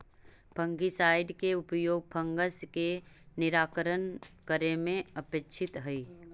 fungicide के उपयोग fungus के निराकरण करे में अपेक्षित हई